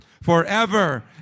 Forever